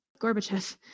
Gorbachev